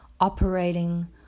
operating